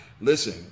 Listen